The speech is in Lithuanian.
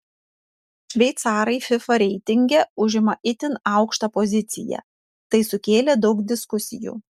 šveicarai fifa reitinge užima itin aukštą poziciją tai sukėlė daug diskusijų